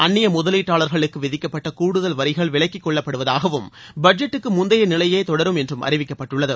அந்நிய முதலீட்டாளர்களுக்கு விதிக்கப்பட்ட கூடுதல் வரிகள் விலக்கிக்கொள்ளப்படுவதாகவும் பட்ஜெட்டுக்கு முந்தைய நிலையே தொடரும் என்றும் அறிவிக்கப்பட்டுள்ளது